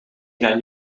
gaan